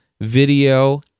video